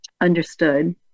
understood